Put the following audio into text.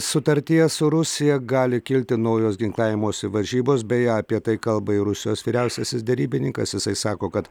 sutarties su rusija gali kilti naujos ginklavimosi varžybos bei apie tai kalba rusijos vyriausiasis derybininkas jisai sako kad